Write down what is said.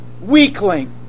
weakling